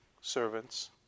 Servants